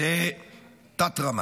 זאת תת-רמה.